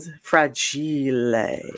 fragile